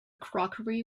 crockery